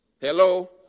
Hello